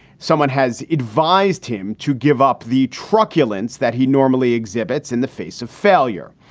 someone has advised him to give up the truculence that he normally exhibits in the face of failure.